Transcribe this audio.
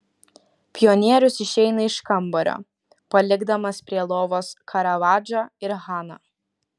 pionierius išeina iš kambario palikdamas prie lovos karavadžą ir haną